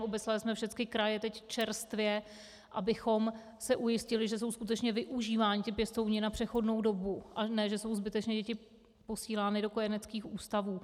Obeslali jsme všechny kraje teď čerstvě, abychom se ujistili, že jsou skutečně využíváni pěstouni na přechodnou dobu, a ne že jsou zbytečně děti posílány do kojeneckých ústavů.